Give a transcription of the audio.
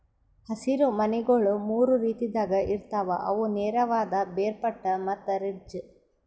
ಹಸಿರು ಮನಿಗೊಳ್ ಮೂರು ರೀತಿದಾಗ್ ಇರ್ತಾವ್ ಅವು ನೇರವಾದ, ಬೇರ್ಪಟ್ಟ ಮತ್ತ ರಿಡ್ಜ್